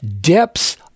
Depths